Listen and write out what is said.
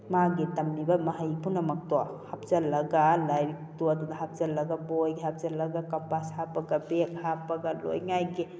ꯃꯥꯒꯤ ꯇꯝꯂꯤꯕ ꯃꯍꯩ ꯄꯨꯝꯅꯃꯛꯇꯣ ꯍꯥꯞꯆꯜꯂꯒ ꯂꯥꯏꯔꯤꯛꯇꯣ ꯑꯗꯨꯗ ꯍꯥꯞꯆꯤꯜꯂꯒ ꯕꯣꯏꯗꯣ ꯍꯥꯞꯆꯜꯂꯒ ꯀꯝꯄꯥꯁ ꯍꯥꯞꯄꯒ ꯕꯦꯒ ꯍꯥꯞꯄꯒ ꯂꯣꯏ ꯉꯥꯏꯒꯦ